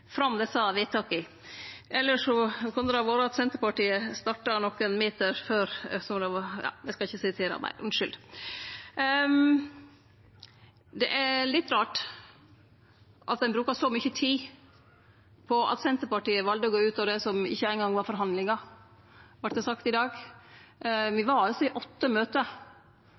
Senterpartiet starta nokre meter før – eg skal ikkje sitere meir, unnskyld. Det er litt rart at ein brukar så mykje tid på at Senterpartiet valde å gå ut av det som ikkje eingong var forhandlingar, vart det sagt i dag. Me var altså i åtte møte.